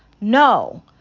No